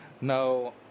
No